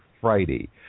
Friday